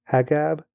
Hagab